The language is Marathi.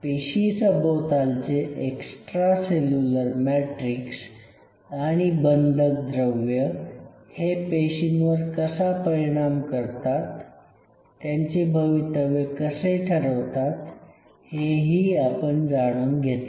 पेशीसभोवतालचे एक्स्ट्रा सेल्युलर मॅट्रिक्स आणि बंधक द्रव्य हे पेशींवर कसा परिणाम करतात त्यांचे भवितव्य कसे ठरवतात हे ही आपण जाणून घेतले